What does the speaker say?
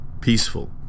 peaceful